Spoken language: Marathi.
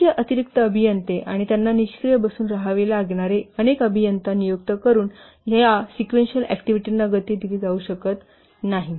असंख्य अतिरिक्त अभियंते आणि त्यांना निष्क्रिय बसून बसावे लागणारे अनेक अभियंता नियुक्त करून या सिक्वेन्शिअल ऍक्टिव्हिटीना गती दिली जाऊ शकत नाही